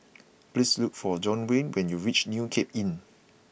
please look for Duwayne when you reach New Cape Inn